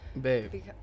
Babe